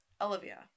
Olivia